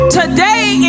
today